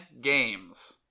games